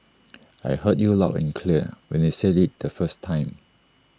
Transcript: I heard you loud and clear when you said IT the first time